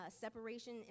separation